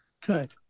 Good